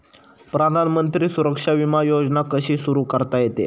प्रधानमंत्री सुरक्षा विमा योजना कशी सुरू करता येते?